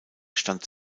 stand